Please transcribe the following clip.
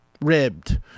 ribbed